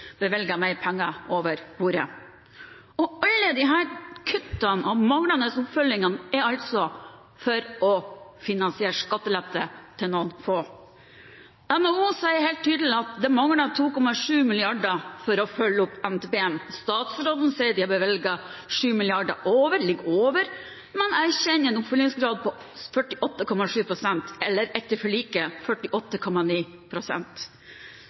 mer penger på bordet. Og alle disse kuttene og manglende oppfølgingene skjer altså for å finansiere skattelette til noen få. NHO sier helt tydelig at det mangler 2,7 mrd. kr for å følge opp NTP. Statsråden sier at de har bevilget 7 mrd. kr over, men erkjenner en oppfølgingsgrad på 48,7 pst., eller etter forliket